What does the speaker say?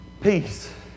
peace